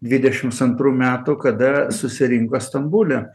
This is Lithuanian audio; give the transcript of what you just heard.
dvidešims antrų metų kada susirinko stambule